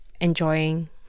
enjoying